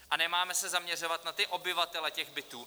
A nemáme se zaměřovat na obyvatele těch bytů.